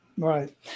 Right